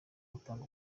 gutanga